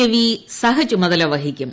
രവി സഹചുമതല വഹിക്കും